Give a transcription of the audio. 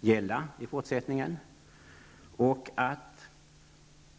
gälla i fortsättningen.